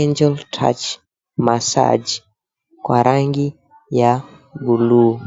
Angel Touch Massage, kwa rangi ya bluu.